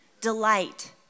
Delight